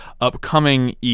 upcoming